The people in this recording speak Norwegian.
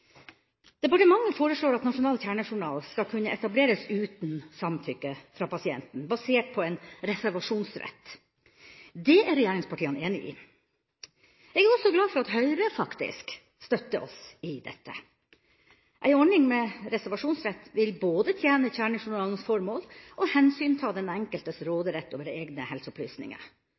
Departementet foreslår at nasjonal kjernejournal skal kunne etableres uten samtykke fra pasienten, basert på en reservasjonsrett. Det er regjeringspartiene enige i. Jeg er også glad for at Høyre, faktisk, støtter oss i dette. En ordning med reservasjonsrett vil både tjene kjernejournalens formål og ta hensyn til den enkeltes råderett over egne helseopplysninger.